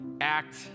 act